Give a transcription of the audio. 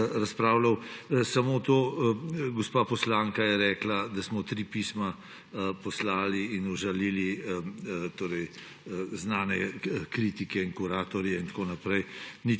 razpravljal. Samo to, gospa poslanka je rekla, da smo tri pisma poslali in užalili znane kritike in kuratorje in tako naprej.